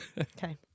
Okay